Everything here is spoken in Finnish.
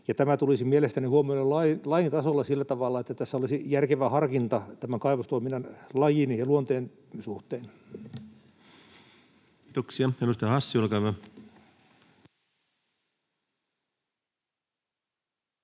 tämä tulisi mielestäni huomioida lain tasolla sillä tavalla, että tässä olisi järkevä harkinta kaivostoiminnan lajin ja luonteen suhteen. [Speech